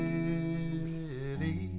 City